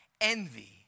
Envy